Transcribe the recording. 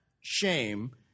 shame